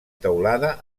teulada